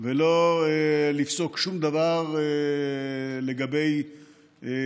ולא לפסוק שום דבר על מה שהיה,